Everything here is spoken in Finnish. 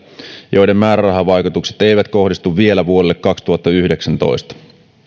joiden määrärahavaikutukset eivät kohdistu vielä vuodelle kaksituhattayhdeksäntoista